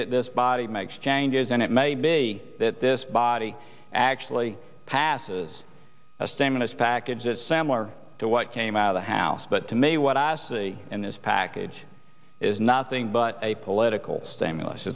that this body makes changes and it may be that this body actually passes a stimulus package that sampler to what came out of the house but to me what i see in this package is nothing but a political stimulus